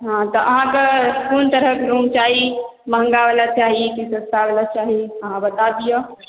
हॅं तऽ अहाँके कोन तरहक रूम चाही महँगा बला चाही कि सस्ता बला चाही अहाँ बता दिअ